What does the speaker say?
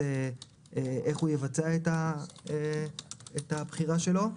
איך יבצע את הבחירה שלו,